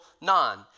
non